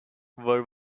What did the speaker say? were